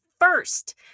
first